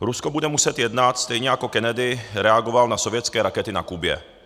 Rusko bude muset jednat, stejně jako Kennedy reagoval na sovětské rakety na Kubě.